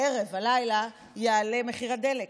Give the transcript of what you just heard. הערב, הלילה, יעלה מחיר הדלק,